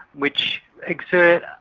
which exert,